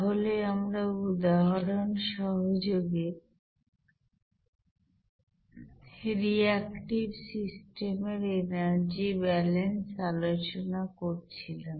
তাহলে আমরা উদাহরণ সহযোগে রিয়াক্টিভ সিস্টেমের এনার্জি ব্যালেন্স আলোচনা করছিলাম